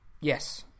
Yes